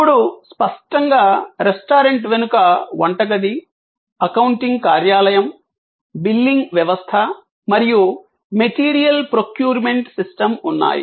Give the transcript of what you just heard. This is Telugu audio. ఇప్పుడు స్పష్టంగా రెస్టారెంట్ వెనుక వంటగది అకౌంటింగ్ కార్యాలయం బిల్లింగ్ వ్యవస్థ మరియు మెటీరియల్ ప్రొక్యూర్మెంట్ సిస్టమ్ ఉన్నాయి